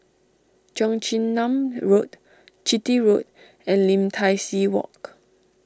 Cheong Chin Nam Road Chitty Road and Lim Tai See Walk